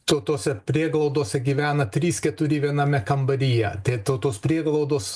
to tose prieglaudose gyvena trys keturi viename kambaryje tie tautos prieglaudos